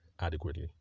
adequately